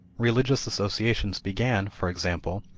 religious associations began, for example,